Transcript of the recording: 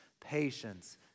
patience